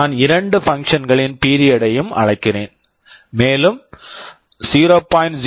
நான் இரண்டு functions functions களின் பீரியட் period ஐயும் அழைக்கிறேன் மேலும் 0